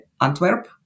Antwerp